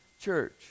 church